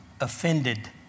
Offended